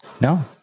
No